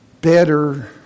better